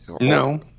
No